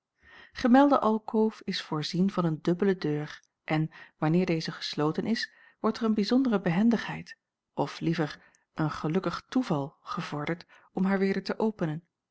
gemelde alkoof is voorzien van een dubbele deur en wanneer deze gesloten is wordt er een bijzondere behendigheid of liever een gelukkig toeval gevorderd om haar weder te openen